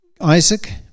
Isaac